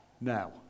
now